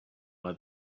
buy